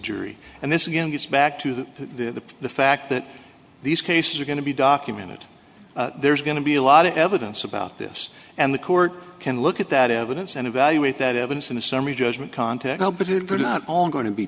jury and this again gets back to the the fact that these cases are going to be documented there's going to be a lot of evidence about this and the court can look at that evidence and evaluate that evidence in a summary judgment context but it all going to be